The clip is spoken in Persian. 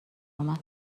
اومد